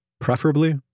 preferably